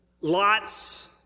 Lots